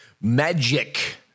Magic